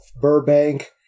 Burbank